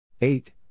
eight